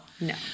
No